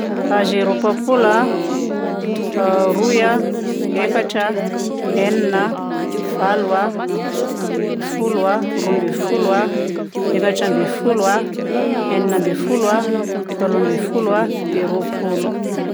Zéro papola, roy a, efatra, enina, valo a, folo a, roa ambin'ny folo a, efatra ambin'ny folo a, enina ambin'ny folo a, valo ambin'ny folo a, dia roapolo.